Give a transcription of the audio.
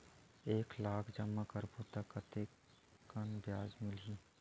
एक लाख जमा करबो त कतेकन ब्याज मिलही?